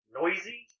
noisy